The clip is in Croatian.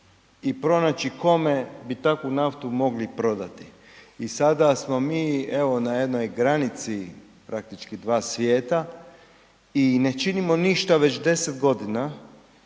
i pronaći kome bi takvu naftu mogli prodati i sada smo mi, evo, na jednoj granici, praktički dva svijeta i ne činimo ništa već 10 godina